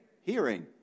Hearing